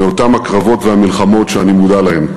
מאותם הקרבות והמלחמות שאני מודע להם.